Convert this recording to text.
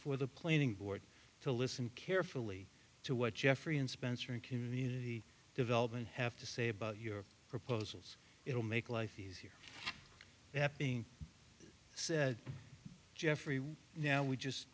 before the planning board to listen carefully to what jeffrey and spencer and community development have to say about your proposals it will make life easier they have been said jeffrey now we just